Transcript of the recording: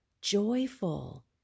joyful